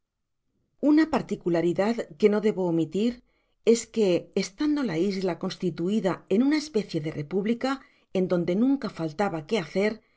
una particularidad que no debo omitir es que estando la isla consti laida ea una especie de república en donde nunca faltaba que haeer